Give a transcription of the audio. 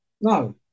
No